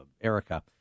erica